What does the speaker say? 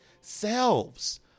selves